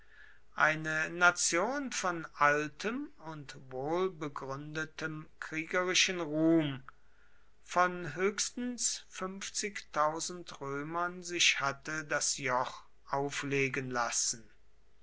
eine nation von altem und wohlbegründetem kriegerischen ruhm von höchstens römern sich hatte das joch auflegen lassen